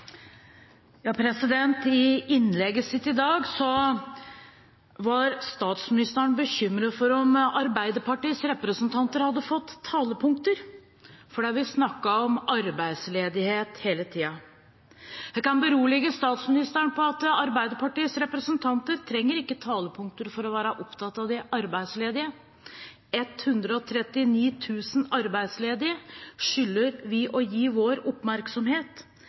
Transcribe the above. I innlegget sitt i dag var statsministeren bekymret for om Arbeiderpartiets representanter hadde fått talepunkter, fordi vi snakket om arbeidsledighet hele tiden. Jeg kan berolige statsministeren; Arbeiderpartiets representanter trenger ikke talepunkter for å være opptatt av de arbeidsledige. 139 000 arbeidsledige skylder vi å gi vår oppmerksomhet.